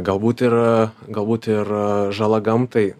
galbūt ir galbūt ir žala gamtai